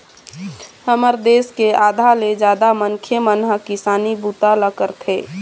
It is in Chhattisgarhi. हमर देश के आधा ले जादा मनखे मन ह किसानी बूता ल करथे